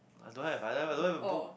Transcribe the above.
I don't have I don't even I don't have a book